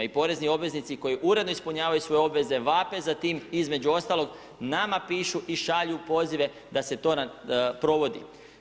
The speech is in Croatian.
I porezni obveznici koji uredno ispunjavaju svoje obveze vape za tim između ostalog nama pišu i šalju pozive da se to provodi.